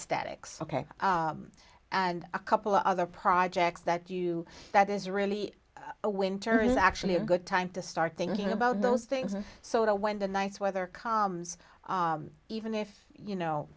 statics ok and a couple of other projects that you that is really a winter is actually a good time to start thinking about those things and so when the nice weather comes even if you